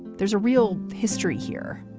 there's a real history here.